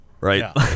right